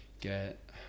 get